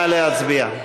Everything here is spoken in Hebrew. נא להצביע.